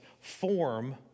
form